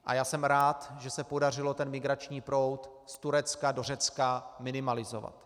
A já jsem rád, že se podařilo migrační proud z Turecka do Řecka minimalizovat.